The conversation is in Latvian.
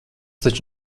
taču